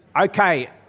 Okay